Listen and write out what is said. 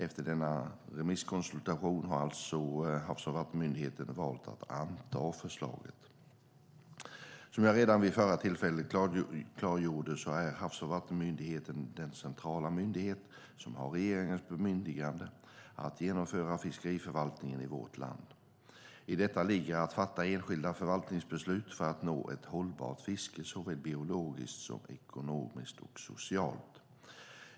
Efter denna remisskonsultation har alltså Havs och vattenmyndigheten valt att anta förslaget. Som jag redan vid förra tillfället klargjorde är Havs och vattenmyndigheten den centrala myndighet som har regeringens bemyndigande att genomföra fiskeriförvaltningen i vårt land. I detta ligger att fatta enskilda förvaltningsbeslut för att nå ett hållbart fiske såväl biologiskt som ekonomiskt och socialt.